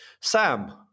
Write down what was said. Sam